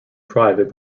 private